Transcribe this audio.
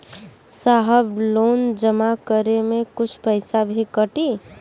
साहब लोन जमा करें में कुछ पैसा भी कटी?